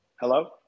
Hello